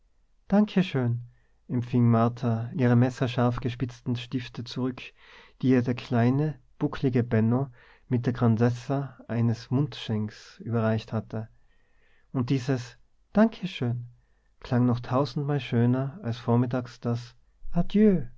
danke schön empfing martha ihre messerscharf gespitzten stifte zurück die ihr der kleine bucklige benno mit der grandezza eines mundschenks überreicht hatte und dieses danke schön klang noch tausendmal schöner als vormittags